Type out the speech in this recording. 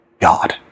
God